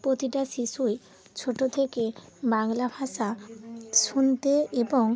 প্রতিটা শিশুই ছোটো থেকে বাংলা ভাষা শুনতে এবং